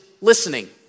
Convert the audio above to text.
listening